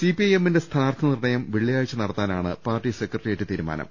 C P I എമ്മിന്റെ സ്ഥാനാർത്ഥി നിർണ്ണയം വെള്ളിയാഴ്ച നട ത്താനാണ് പാർട്ടി സെക്രട്ടേറിയേറ്റ് തീരുമാനം